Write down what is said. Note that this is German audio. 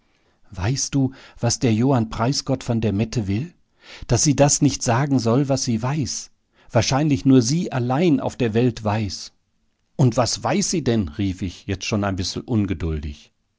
weißt du was der johann preisgott von der mette will daß sie das nicht sagen soll was sie weiß wahrscheinlich nur sie allein auf der welt weiß und was weiß sie denn rief ich jetzt schon ein bissel ungeduldig